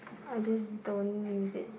I just don't use it